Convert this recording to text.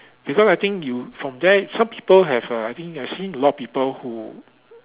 because I think you from there some people have uh I think I've seen a lot of people who